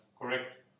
correct